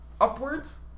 upwards